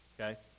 Okay